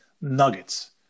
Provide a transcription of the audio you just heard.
nuggets